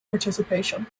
participation